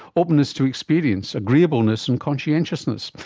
openness to experience, agreeableness and conscientiousness?